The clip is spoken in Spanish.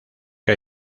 que